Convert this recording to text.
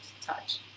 touch